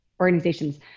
organizations